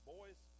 Boys